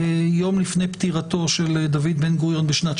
יום לפני פטירתו של דוד בן גוריון.